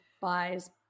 buys